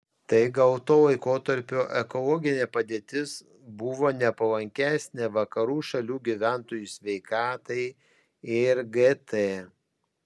tai gal to laikotarpio ekologinė padėtis buvo nepalankesnė vakarų šalių gyventojų sveikatai ir gt